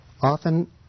Often